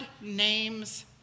names